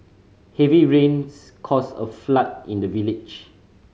heavy rains caused a flood in the village